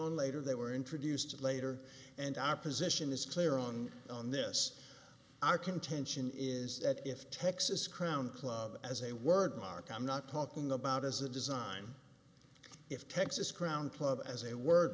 in later they were introduced later and our position is clear on on this our contention is that if texas crown club as a word mark i'm not talking about as a design if texas crown club as a word